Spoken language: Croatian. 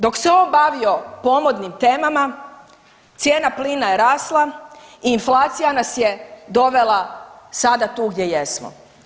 Dok se on bavio pomodnim temama, cijena plina je rasla i inflacija nas je dovela sada tu gdje jesmo.